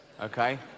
okay